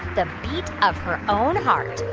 the beat of her own heart.